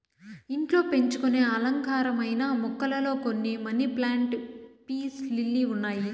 ఇంట్లో పెంచుకొనే అలంకారమైన మొక్కలలో కొన్ని మనీ ప్లాంట్, పీస్ లిల్లీ ఉన్నాయి